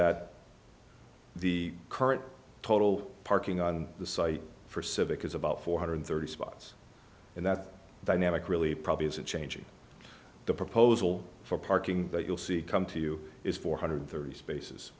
that the current total parking on the site for civic is about four hundred and thirty dollars spots and that dynamic really probably isn't changing the proposal for parking that you'll see come to you is four hundred and thirty